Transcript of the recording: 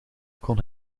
kon